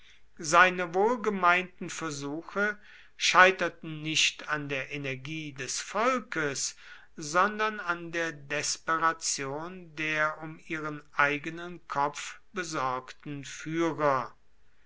seine wohlgemeinten versuche scheiterten nicht an der energie des volkes sondern an der desperation der um ihren eigenen kopf besorgten führer